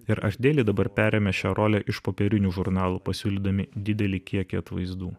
ir archdeili dabar perėmė šią rolę iš popierinių žurnalų pasiūlydami didelį kiekį atvaizdų